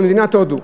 במדינת הודו.